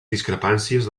discrepàncies